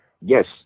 yes